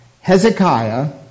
Hezekiah